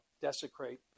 desecrate